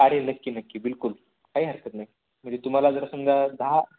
अरे नक्की नक्की बिलकुल काही हरकत नाही म्हणजे तुम्हाला जर समजा दहा